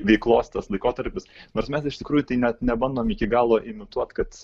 veiklos tas laikotarpis nors mes iš tikrųjų tai net nebandom iki galo imituot kad